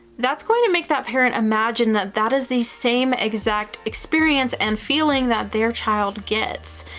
that's going to make that parent imagine that that is the same exact experience and feeling that their child gets.